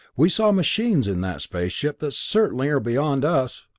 we saw machines in that space ship that certainly are beyond us!